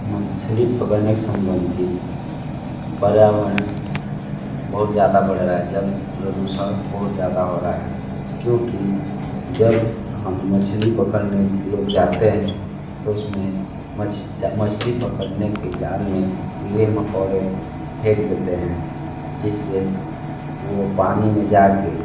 मछली पकड़ने के संबंधित पर्यावरण बहुत ज़्यादा बढ़ रहा है जल प्रदूषण बहुत ज़्यादा हो रहा है क्योंकि जब हम मछली पकड़ने लोग जाते हैं तो उसमें मछली पकड़ने के जाल में कीड़े मकोड़े फेंक देते हैं जिससे वो पानी में जाके